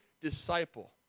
disciple